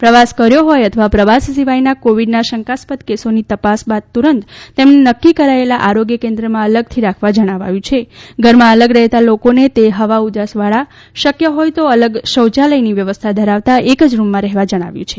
પ્રવાસ કર્યો હોય તથા પ્રવાસ સિવાયના કોવિડના શંકાસ્પદ કેસોની તપાસ બાદ તુરંત તેમને નકકી કરાયેલ આરોગ્ય કેન્દ્રમાં અલગથી રાખવા જણાવાયું છે ધરમાં અલગ રહેતા લોકોને તે હવાઉજાસ વાળા શકય હોય તો અલગ શૌયાલયની વ્યવસ્થા ધરાવતા એક જ રૂમમાં રહેવા જણાવાયું છે